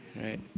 Right